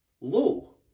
low